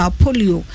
polio